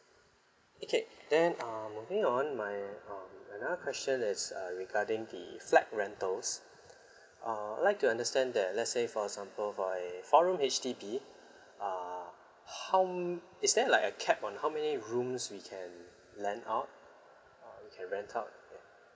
okay then um moving on my um another question is uh regarding the flat rentals uh I'd like to understand that let's say for example for a four room H_D_B uh how m~ is there like a cap on how many rooms we can lend out uh we can rent out yeah